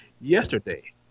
Yesterday